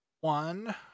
one